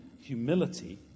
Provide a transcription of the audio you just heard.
humility